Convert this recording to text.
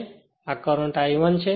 તેથી આ current I1 છે